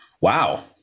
Wow